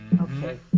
Okay